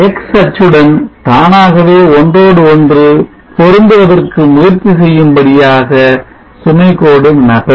x அச்சுடன் தானாகவே ஒன்றோடு ஒன்று பொருந்துவதற்கு முயற்சி செய்யும்படியாக சுமை கோடு நகரும்